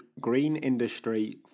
GREENINDUSTRY